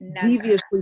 deviously